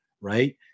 right